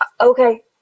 Okay